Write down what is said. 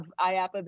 IAPA